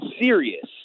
serious